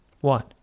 one